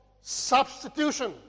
substitution